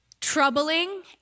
troubling